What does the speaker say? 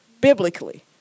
biblically